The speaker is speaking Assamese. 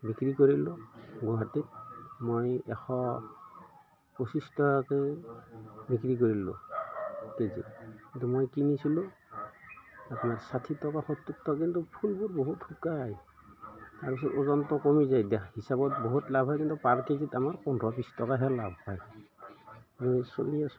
বিক্ৰী কৰিলোঁ গুৱাহাটীত মই এশ পঁচিছ টকাকৈ বিক্ৰী কৰিলোঁ কে জিত কিন্তু মই কিনিছিলোঁ আপোনাৰ ষাঠি টকা সত্তৰ টকা কিন্তু ফুলবোৰ বহুত শুকাই তাৰপিছত ওজনটো কমি যায় দা হিচাপত বহুত লাভ হয় কিন্তু পাৰ কে জিত আমাৰ পোন্ধৰ বিছ টকাহে লাভ হয় মই চলি আছোঁ